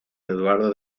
eduardo